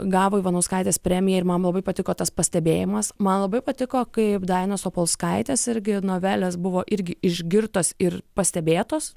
gavo ivanauskaitės premiją ir man labai patiko tas pastebėjimas man labai patiko kaip dainos opolskaites irgi novelės buvo irgi išgirtos ir pastebėtos